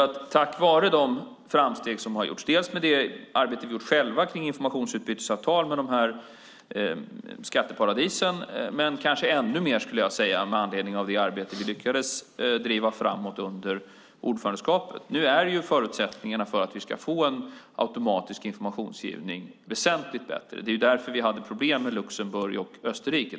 Detta sker tack vare de framsteg som har gjorts, dels med det arbete vi gjort själva kring informationsutbytesavtal med de här skatteparadisen, dels och kanske ännu mer med anledning av det arbete vi lyckades driva framåt under ordförandeskapet. Nu är förutsättningarna för att vi ska få en automatisk informationsgivning väsentligt bättre. Det är därför vi hade problem med Luxemburg och Österrike.